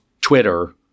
Twitter